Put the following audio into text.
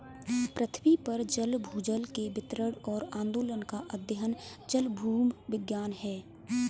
पृथ्वी पर जल भूजल के वितरण और आंदोलन का अध्ययन जलभूविज्ञान है